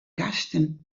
gasten